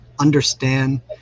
understand